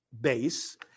base